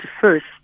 first